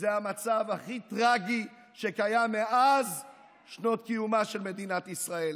הוא המצב הכי טרגי שקיים בשנות קיומה של מדינת ישראל.